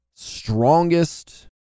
strongest